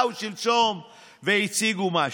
באו שלשום והציגו משהו.